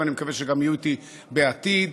ואני מקווה שיהיו איתי גם בעתיד: